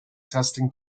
testing